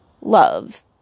love